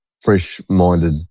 fresh-minded